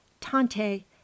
Tante